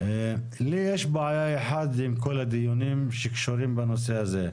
לי יש בעיה אחת עם כל הדיונים שקשורים בנושא הזה.